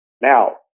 Now